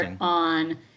on